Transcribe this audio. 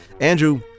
Andrew